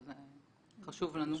וזה חשוב לנו.